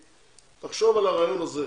תחשוב על הרעיון הזה,